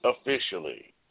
officially